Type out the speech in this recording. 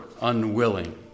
unwilling